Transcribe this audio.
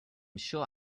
sure